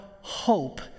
hope